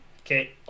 Okay